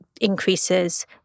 increases